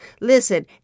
Listen